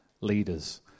leaders